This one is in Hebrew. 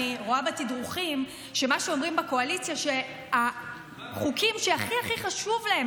אני רואה בתדרוכים שאומרים בקואליציה שהחוקים שהכי הכי חשוב להם,